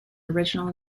original